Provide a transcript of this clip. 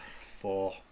Four